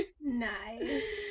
Nice